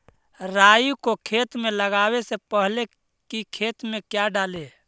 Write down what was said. राई को खेत मे लगाबे से पहले कि खेत मे क्या डाले?